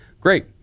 great